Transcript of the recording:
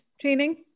training